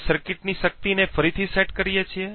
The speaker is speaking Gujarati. આપણે સર્કિટની શક્તિને ફરીથી સેટ કરીએ છીએ